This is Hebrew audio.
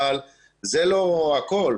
אבל זה לא הכל,